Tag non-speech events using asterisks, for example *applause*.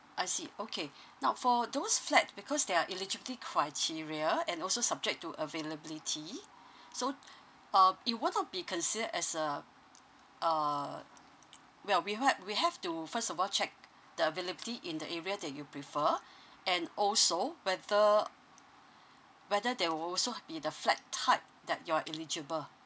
I see okay now for those flat because there are eligibility criteria and also subject to availability so uh you want to be considered as a uh *noise* well we wa~ we have to first of all check the availability in the area that you prefer and also whether whether there will also be the flat type that you are eligible